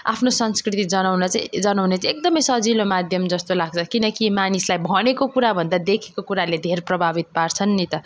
आफ्नो संस्कृति जनाउन चाहिँ जनाउने चाहिँ एकदम सजिलो माध्यम जस्तो लाग्छ किनकि मानिसलाई भनेको कुरा भन्दा देखेको कुराले धेर प्रभावित पार्छन् नि त